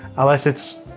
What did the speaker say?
unless it's,